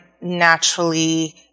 naturally